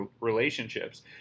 Relationships